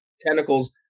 tentacles